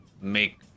Make